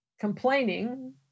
complaining